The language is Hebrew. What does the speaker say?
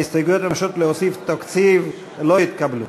ההסתייגויות המבקשות להוסיף תקציב לא התקבלו.